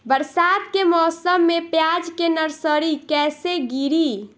बरसात के मौसम में प्याज के नर्सरी कैसे गिरी?